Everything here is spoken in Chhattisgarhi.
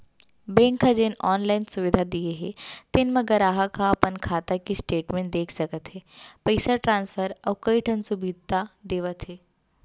बेंक ह जेन आनलाइन सुबिधा दिये हे तेन म गराहक ह अपन खाता के स्टेटमेंट देख सकत हे, पइसा ट्रांसफर अउ कइ ठन सुबिधा देवत हे